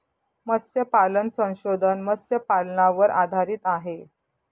मत्स्यपालन संशोधन मत्स्यपालनावर आधारित आहे